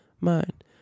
mind